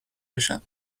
بشم